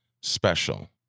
special